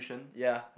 ya